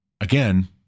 again